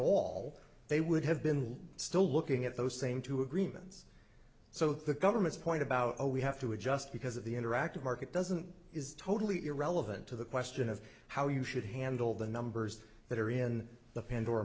all they would have been still looking at those same two agreements so the government's point about how we have to adjust because of the interactive market doesn't is totally irrelevant to the question of how you should handle the numbers that are in the pando